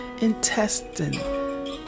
intestine